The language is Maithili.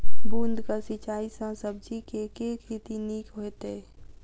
बूंद कऽ सिंचाई सँ सब्जी केँ के खेती नीक हेतइ?